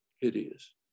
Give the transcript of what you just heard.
hideous